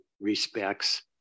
respects